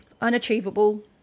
Unachievable